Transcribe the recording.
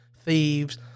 thieves